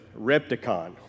Repticon